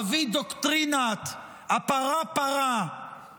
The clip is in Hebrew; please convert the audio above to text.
אבי דוקטרינת הפרה-פרה,